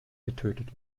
getötet